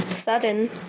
sudden